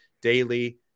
daily